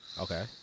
Okay